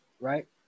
right